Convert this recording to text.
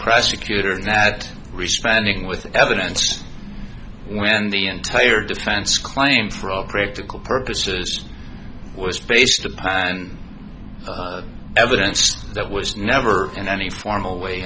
prosecutor that responding with evidence when the entire defense claim for all practical purposes was based upon evidence that was never in any formal way